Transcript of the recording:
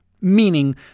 meaning